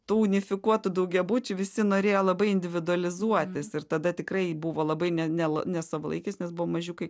tų unifikuotų daugiabučių visi norėjo labai individualizuotis ir tada tikrai buvo labai ne nela nesavalaikis nes buvo mažiukai